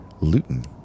Luton